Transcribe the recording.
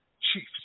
chiefs